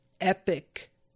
epic